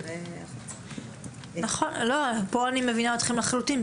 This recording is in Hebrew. אני מבינים אתכם לחלוטין,